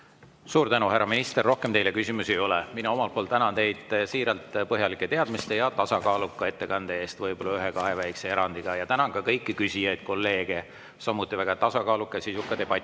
Suur tänu, härra minister! Rohkem teile küsimusi ei ole. Mina omalt poolt siiralt tänan teid põhjalike teadmiste ja tasakaaluka ettekande eest, võib-olla ühe-kahe väikse erandiga. Tänan ka kõiki küsijaid, kolleege, samuti väga tasakaaluka ja sisuka debati eest.